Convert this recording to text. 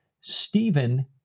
Stephen